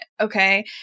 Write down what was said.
Okay